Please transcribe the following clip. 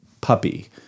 puppy